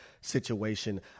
situation